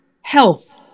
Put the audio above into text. health